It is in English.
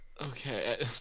okay